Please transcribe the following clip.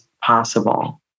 possible